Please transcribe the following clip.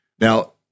Now